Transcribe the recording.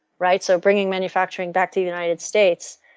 right. so bringing manufacturing back to the united states,